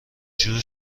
جور